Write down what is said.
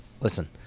listen